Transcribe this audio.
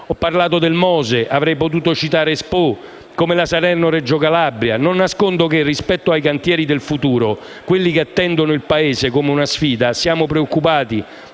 Ho parlato del MOSE, ma avrei potuto citare Expo, come la Salerno-Reggio Calabria. Non nascondo che, rispetto ai cantieri del futuro, che attendono il Paese come una sfida, siamo preoccupati,